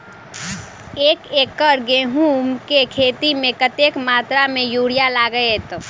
एक एकड़ गेंहूँ केँ खेती मे कतेक मात्रा मे यूरिया लागतै?